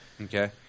okay